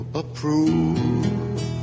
approve